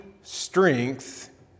strength